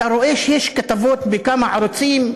אתה רואה שיש כתבות בכמה ערוצים,